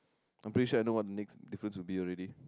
I precious other one next difference to be already